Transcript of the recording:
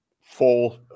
full